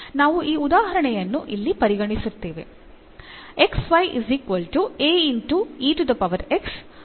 ನಾವು ಈ ಉದಾಹರಣೆಯನ್ನು ಇಲ್ಲಿ ಪರಿಗಣಿಸುತ್ತೇವೆ